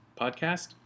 podcast